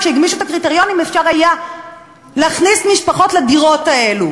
כשהגמישו את הקריטריונים אפשר היה להכניס משפחות לדירות האלה,